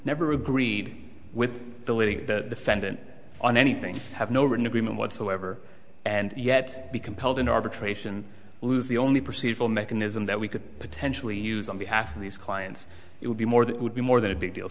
never agreed with the leading the defendant on anything have no written agreement whatsoever and yet be compelled in arbitration lose the only procedural mechanism that we could potentially use on behalf of these clients it would be more that would be more than a big deal